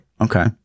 okay